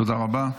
תודה רבה.